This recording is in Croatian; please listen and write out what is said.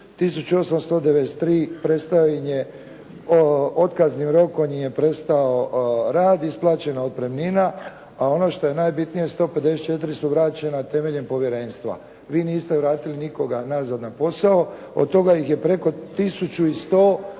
1893 prestao im je, otkaznim rokom im je prestao rad, isplaćena otpremnina, a ono što je najbitnije 154 su vraćena temeljem povjerenstva. Vi niste vratili nikoga nazad na posao. Od toga ih je preko 1100